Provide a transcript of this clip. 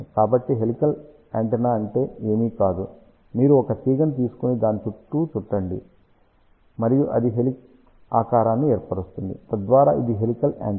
కాబట్టి helical antenna ఏమీ కాదు మీరు ఒక తీగను తీసుకొని దాని చుట్టూ చుట్టండి మరియు అది హెలిక్స్ ఆకారాన్ని ఏర్పరుస్తుంది తద్వారా ఇది హెలికల్ యాంటెన్నా